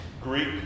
Greek